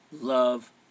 love